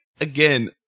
again